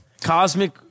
Cosmic